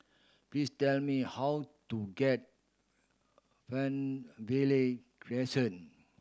please tell me how to get Fernvale Crescent